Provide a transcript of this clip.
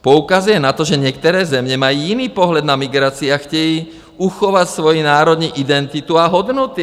Poukazuje na to, že některé země mají jiný pohled na migraci a chtějí uchovat svoji národní identitu a hodnoty.